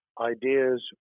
ideas